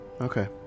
Okay